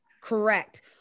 Correct